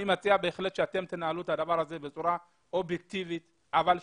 אני מציע שאתם תנהלו את הדבר הזה בצורה אובייקטיבית אבל שקופה.